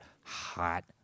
hot